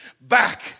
back